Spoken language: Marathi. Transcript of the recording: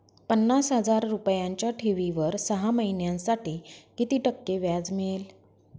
पन्नास हजार रुपयांच्या ठेवीवर सहा महिन्यांसाठी किती टक्के व्याज मिळेल?